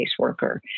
caseworker